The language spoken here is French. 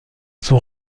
son